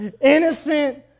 innocent